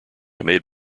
made